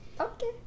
Okay